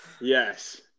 yes